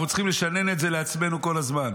אנחנו צריכים לשנן את זה לעצמנו כל הזמן,